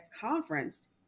conference